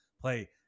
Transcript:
play